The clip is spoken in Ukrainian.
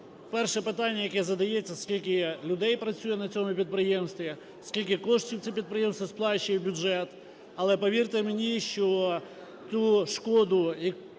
перше питання, яке задається: скільки людей працює на цьому підприємстві, скільки коштів це підприємство сплачує в бюджет. Але повірте мені, що ту шкоду, яку